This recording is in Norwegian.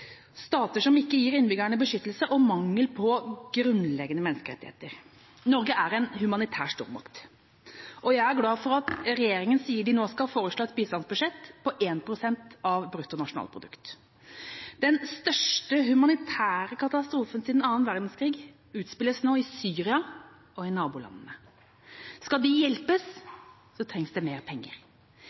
stater som ikke gir innbyggerne beskyttelse, og mangel på grunnleggende menneskerettigheter. Norge er en humanitær stormakt, og jeg er glad for at regjeringa nå sier den skal foreslå et bistandsbudsjett på 1 pst. av bruttonasjonalprodukt. Den største humanitære katastrofen siden annen verdenskrig utspiller seg nå i Syria og i nabolandene. Skal de hjelpes, trengs det mer penger.